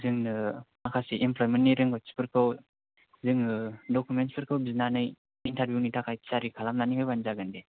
जोंनो माखासे इमप्लयमेन्टनि रोंगथिफोरखौ जोङो डकुमेन्टसफोरखौ बिनानै इन्टारभिउनि थाखाय थियारि खालामनानै होबानो जागोन दे